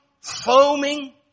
foaming